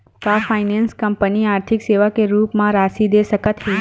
का finance company आर्थिक सेवा के रूप म राशि दे सकत हे?